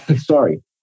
Sorry